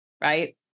right